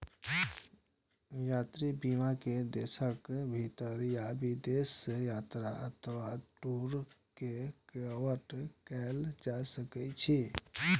यात्रा बीमा मे देशक भीतर या विदेश यात्रा अथवा दूनू कें कवर कैल जा सकै छै